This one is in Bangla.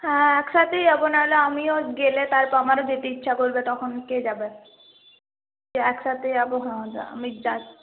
হ্যাঁ একসাথেই যাবো না হলে আমিও গেলে তারপর আমারও যেতে ইচ্ছা করবে তখন কে যাবে একসাথে যাবো হ্যাঁ আমি